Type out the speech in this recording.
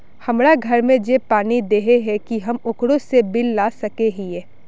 हमरा घर में जे पानी दे है की हम ओकरो से बिल ला सके हिये?